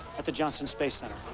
at the johnson space center.